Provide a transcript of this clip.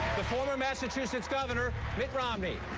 the former massachusetts governor mitt romney.